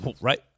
Right